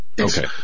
Okay